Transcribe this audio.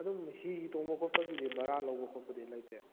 ꯑꯗꯨꯝ ꯍꯤ ꯇꯣꯡꯕ ꯈꯣꯠꯄꯒꯤꯗꯤ ꯚꯔꯥꯥ ꯂꯧꯕ ꯈꯣꯠꯄꯒꯤꯗꯤ ꯂꯩꯇꯦ